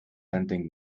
lending